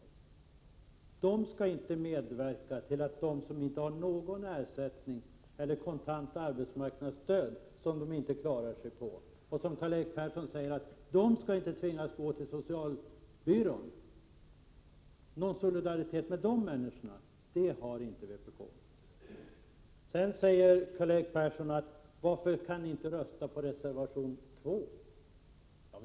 Vpk skall inte medverka till att människor inte får någon ersättning eller inte får kontant arbetsmarknadsstöd — som de inte klarar sig på — så att de tvingas gå till socialbyrån. Någon solidaritet med de människorna visas inte från vpk. Vidare frågar Karl-Erik Persson: Varför kan ni inte rösta för reservation 2?